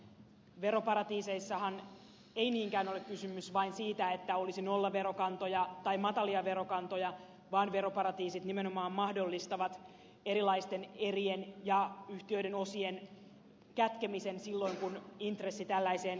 veroparatiiseissahan ei niinkään ole kysymys vain siitä että olisi nollaverokantoja tai matalia verokantoja vaan veroparatiisit nimenomaan mahdollistavat erilaisten erien ja yhtiöiden osien kätkemisen silloin kun intressi tällaiseen kätkemiseen on